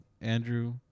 Andrew